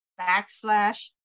backslash